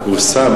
פורסם.